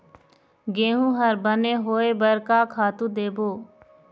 गेहूं हर बने होय बर का खातू देबो?